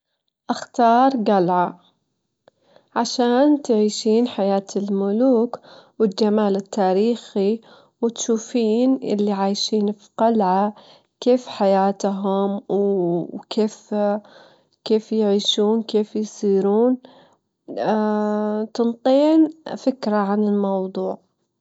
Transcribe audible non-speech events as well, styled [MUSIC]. عشان [HESITATION] أسلج البيضة أول شي أحط البيضة في ميي بارد في جدر صغير، بعدين أحط الجدر على النار وأخليه يغلي، لمان يبدان يغلي أجلل له النار وأخليه يغلي لعشر دجايج، بعدين أشيله وأخليه يبرد.